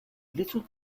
little